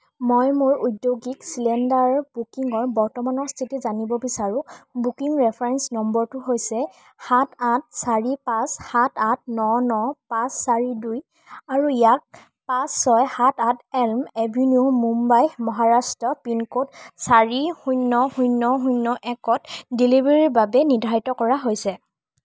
মই মোৰ ঔদ্যোগিক চিলিণ্ডাৰ বুকিঙৰ বৰ্তমানৰ স্থিতি জানিব বিচাৰোঁ বুকিং ৰেফাৰেঞ্চ নম্বৰটো হৈছে সাত আঠ চাৰি পাঁচ সাত আঠ ন ন পাঁচ চাৰি দুই আৰু ইয়াক পাঁচ ছয় সাত আঠ elm avenue Mumbai Maharashtra pin code চাৰি শূন্য শূন্য শূন্য একত ডেলিভাৰীৰ বাবে নিৰ্ধাৰিত কৰা হৈছে